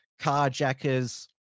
carjackers